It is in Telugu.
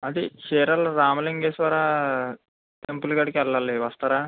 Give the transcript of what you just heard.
ఏవండి క్షీరాలో రామలింగేశ్వరా టెంపుల్ కాడికి వెళ్ళాలి వస్తారా